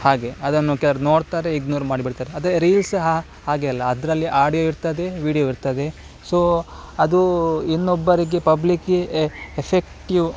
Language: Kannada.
ಹಾಗೆ ಅದನ್ನು ಕೆಲವ್ರು ನೋಡ್ತಾರೆ ಇಗ್ನೋರ್ ಮಾಡ್ಬಿಡ್ತಾರೆ ಅದೇ ರೀಲ್ಸ್ ಹಾ ಹಾಗೆ ಅಲ್ಲ ಅದರಲ್ಲಿ ಆಡಿಯೋ ಇರ್ತದೆ ವೀಡಿಯೋ ಇರ್ತದೆ ಸೊ ಅದೂ ಇನ್ನೊಬ್ಬರಿಗೆ ಪಬ್ಲಿಕ್ಕಿಗೆ ಎ ಎಫೆಕ್ಟೀವ್